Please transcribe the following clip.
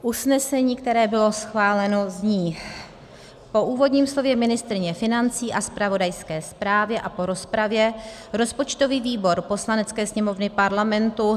Usnesení, které bylo schváleno, zní: Po úvodním slově ministryně financí a zpravodajské zprávě a po rozpravě rozpočtový výbor Poslanecké sněmovny Parlamentu